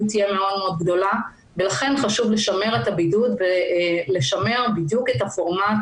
תהיה מאוד גדולה ולכן חשוב לשמר את הבידוד ולשמר בדיוק את הפורמט